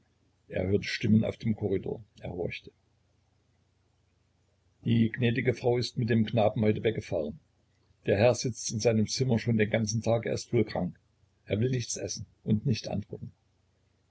er hörte stimmen auf dem korridor er horchte die gnädige frau ist mit dem knaben heute weggefahren der herr sitzt in seinem zimmer schon den ganzen tag er ist wohl krank er will nichts essen und nicht antworten